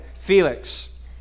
Felix